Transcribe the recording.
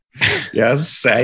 yes